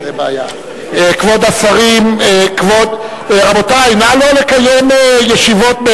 כבוד השרים, רבותי, נא לא לקיים ישיבות.